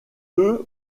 eux